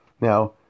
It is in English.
now